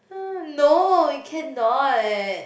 [huh] no you cannot